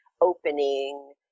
opening